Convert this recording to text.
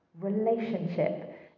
Relationship